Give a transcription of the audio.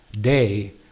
day